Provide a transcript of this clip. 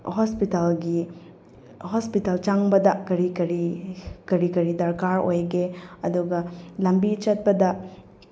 ꯍꯣꯁꯄꯤꯇꯥꯜꯒꯤ ꯍꯣꯁꯄꯤꯇꯥꯜ ꯆꯪꯕꯗ ꯀꯔꯤ ꯀꯔꯤ ꯀꯔꯤ ꯀꯔꯤ ꯗꯔꯀꯥꯔ ꯑꯣꯏꯒꯦ ꯑꯗꯨꯒ ꯂꯝꯕꯤ ꯆꯠꯄꯗ